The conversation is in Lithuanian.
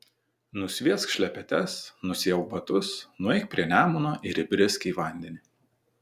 nusviesk šlepetes nusiauk batus nueik prie nemuno ir įbrisk į vandenį